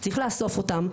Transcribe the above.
צריך לאסוף אותם.